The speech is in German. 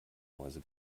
mäuse